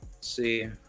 see